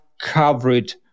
covered